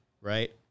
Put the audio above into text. right